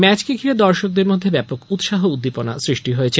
ম্যাচকে ঘিরে দর্শকদের মধ্যে ব্যাপক উতসাহ উদ্দীপনা সৃষ্টি হয়েছে